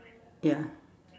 ya